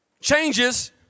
changes